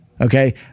Okay